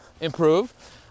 improve